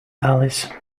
alice